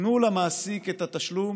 תנו למעסיק את התשלום